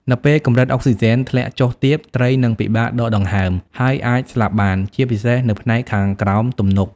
នៅពេលកម្រិតអុកសុីសែនធ្លាក់ចុះទាប ត្រីនឹងពិបាកដកដង្ហើម ហើយអាចស្លាប់បាន ជាពិសេសនៅផ្នែកខាងក្រោមទំនប់។